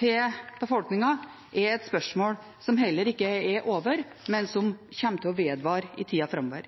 til befolkningen er et spørsmål som heller ikke er over, men som kommer til å vedvare i tida framover.